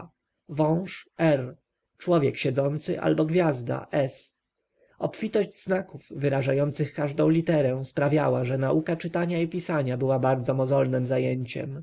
człowiek siedzący albo gwiazda s obfitość znaków wyrażających każdą literę sprawiała że nauka czytania i pisania była bardzo mozolnem zajęciem